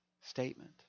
statement